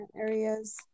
areas